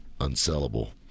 Unsellable